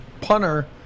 punter